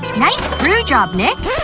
nice brew job, nick!